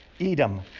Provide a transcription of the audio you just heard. Edom